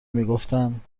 میگفتند